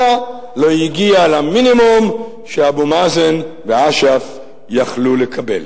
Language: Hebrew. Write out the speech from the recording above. לא הגיע למינימום שאבו מאזן ואש"ף יכלו לקבל.